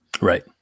Right